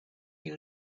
you